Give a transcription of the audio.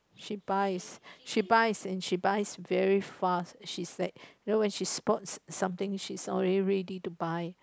she buys she buys and she buys very fast she's like you know when she spots something she's already ready to buy